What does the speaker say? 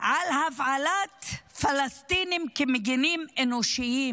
על הפעלת פלסטינים כמגנים אנושיים.